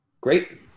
great